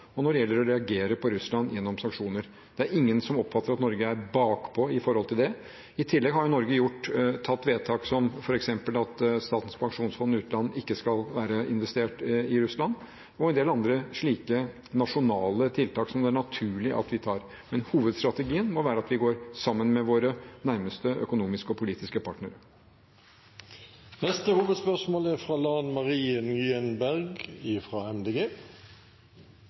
og når det gjelder å reagere på Russland gjennom sanksjoner. Det er ingen som oppfatter at Norge er bakpå når det gjelder det. I tillegg har Norge gjort vedtak som f.eks. at Statens pensjonsfond utland ikke skal være investert i Russland, og vi har en del andre slike nasjonale tiltak som det er naturlig at vi gjør. Men hovedstrategien må være at vi går sammen med våre nærmeste økonomiske og politiske partnere. Vi går til neste hovedspørsmål. Grunnloven § 112 slår fast at det er